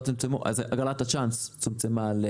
הגרלת הצ'אנס צומצמה.